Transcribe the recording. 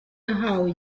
yahawe